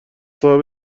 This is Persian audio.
صاحب